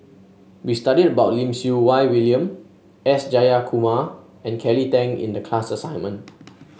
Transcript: we studied about Lim Siew Wai William S Jayakumar and Kelly Tang in the class assignment